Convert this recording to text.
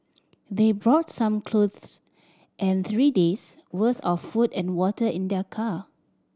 they brought some clothes and three days' worth of food and water in their car